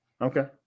Okay